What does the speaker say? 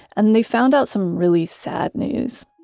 and they found out some really sad news.